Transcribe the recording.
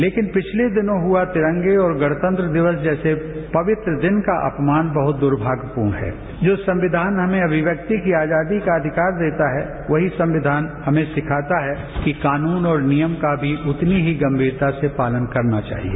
लेकिन पिछले दिनों हुआ तिरंगे और गणतंत्र दिवस जैसे पवित्र दिन का अपमान बहुत दुर्भाग्यपूर्ण है जो संविधान हमें अभिव्यक्ति की आजादी का अधिकार देता है वही संविधान हमें सिखाता है कि कानून और नियम का भी उतनी ही गंगीरता से पालन करना चाहिए